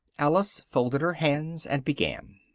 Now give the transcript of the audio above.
alice folded her hands, and began